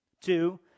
Two